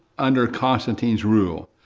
under constantine's rule.